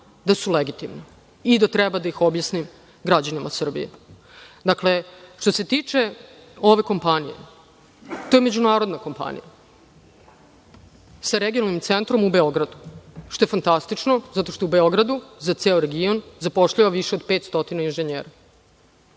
da su legitimna i da treba da ih objasnim građanima Srbije. Dakle, što se tiče ove kompanije, to je međunarodna kompanija sa regionalnim centrom u Beogradu, što je fantastično zato što je u Beogradu za ceo region i zapošljava više od 500 inžinjera. Ta